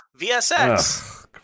VSX